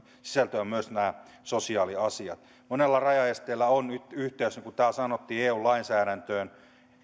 sisältyä myös sosiaaliasiat monella rajaesteellä on nyt yhteys niin kuin täällä sanottiin eu lainsäädäntöön